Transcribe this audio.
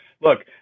Look